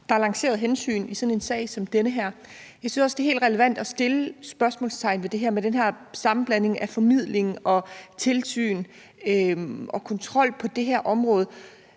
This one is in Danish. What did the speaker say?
masser balancerede hensyn i sådan en sag som den her. Jeg synes også, det er helt relevant at sætte spørgsmålstegn ved det med den her sammenblanding af formidling, tilsyn og kontrol på det her område.